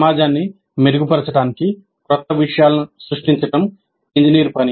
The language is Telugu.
సమాజాన్ని మెరుగుపరచడానికి క్రొత్త విషయాలను సృష్టించడం ఇంజనీర్ పని